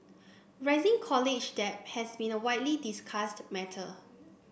rising college debt has been a widely discussed matter